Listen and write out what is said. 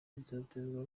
bizaterwa